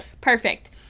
perfect